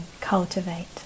cultivate